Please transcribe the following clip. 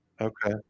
Okay